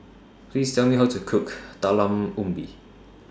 Please Tell Me How to Cook Talam Ubi